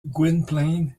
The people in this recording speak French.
gwynplaine